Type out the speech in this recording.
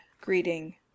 greeting